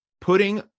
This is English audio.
putting